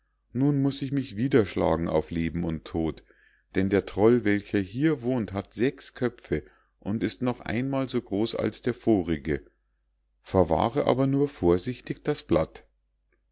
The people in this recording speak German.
nun muß ich mich wieder schlagen auf leben und tod denn der troll welcher hier wohnt hat sechs köpfe und ist noch einmal so groß als der vorige verwahre aber nur vorsichtig das blatt